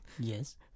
Yes